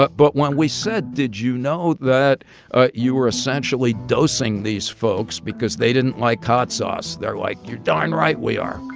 but but when we said, did you know that ah you were essentially dosing these folks because they didn't like hot sauce, they're like, you're darn right we are